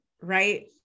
right